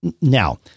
now